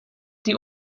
die